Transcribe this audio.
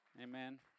Amen